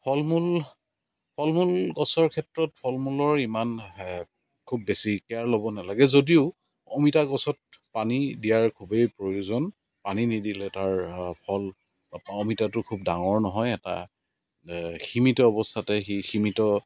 ফল মূল ফল মূল গছৰ ক্ষেত্ৰত ফল মূলৰ ইমান খুব বেছি কেয়াৰ ল'ব নালাগে যদিও অমিতা গছত পানী দিয়াৰ খুবেই প্ৰয়োজন পানী নিদিলে তাৰ ফল অমিতাটো খুব ডাঙৰ নহয় এটা সীমিত অৱস্থাতে সি সীমিত